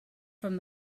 from